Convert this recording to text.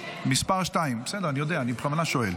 מס' 2, בסדר, אני יודע, אני בכוונה שואל.